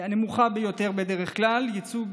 הנמוכה ביותר בדרך כלל וייצוג